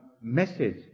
message